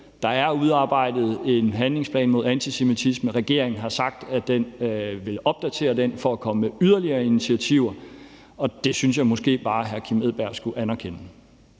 Der er udarbejdet en handlingsplan mod antisemitisme, og regeringen har sagt, at den vil opdatere den for at komme med yderligere initiativer. Og det synes jeg måske bare at hr. Kim Edberg Andersen skulle anerkende.